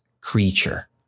creature